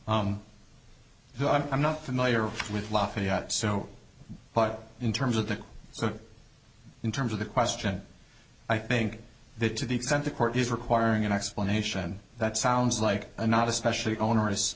know i'm i'm not familiar with lafayette so but in terms of that so in terms of the question i think that to the extent the court is requiring an explanation that sounds like a not especially onerous